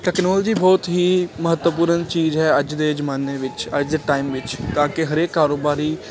technology ਬਹੁਤ ਹੀ ਮਹੱਤਵਪੂਰਨ ਚੀਜ਼ ਹੈ ਅੱਜ ਦੇ ਜ਼ਮਾਨੇ ਵਿੱਚ ਅੱਜ ਦੇ ਟਾਈਮ ਵਿੱਚ ਤਾਂ ਕਿ ਹਰੇਕ ਕਾਰੋਬਾਰੀ